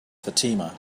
fatima